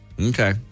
Okay